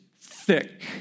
thick